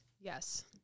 Yes